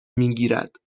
میگیرد